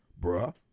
bruh